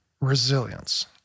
resilience